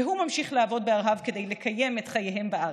והוא ממשיך לעבוד בארה"ב כדי לקיים את חייהם בארץ,